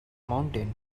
mountain